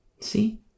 See